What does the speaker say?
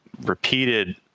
repeated